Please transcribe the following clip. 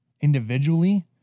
Individually